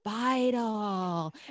vital